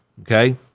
okay